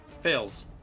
Fails